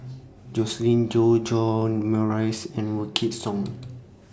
Joscelin Yeo John Morrice and Wykidd Song